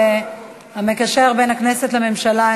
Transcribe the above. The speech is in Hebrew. המקשר בין הכנסת לממשלה,